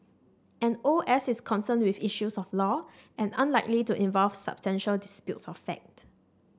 an O S is concerned with issues of law and unlikely to involve substantial disputes of fact